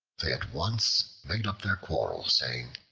they at once made up their quarrel, saying,